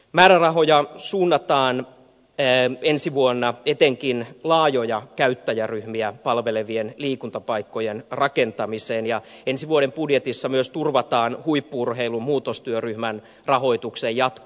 määrärahoja suunnataan ensi vuonna etenkin laajoja käyttäjäryhmiä palvelevien liikuntapaikkojen rakentamiseen ja ensi vuoden budjetissa myös turvataan huippu urheilun muutostyöryhmän rahoituksen jatko